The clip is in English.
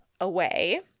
away